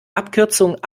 abkürzung